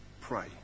Pray